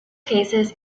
cases